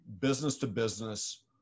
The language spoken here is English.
business-to-business